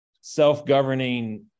self-governing